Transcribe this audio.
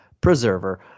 Preserver